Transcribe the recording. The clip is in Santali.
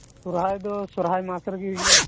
ᱥᱚᱨᱦᱟᱭ ᱫᱚ ᱥᱚᱨᱦᱟᱭ ᱢᱟᱥ ᱨᱮᱜᱮ ᱦᱩᱭᱩᱜᱼᱟ